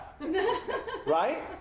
right